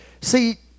See